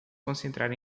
concentrar